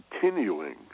continuing